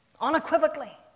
unequivocally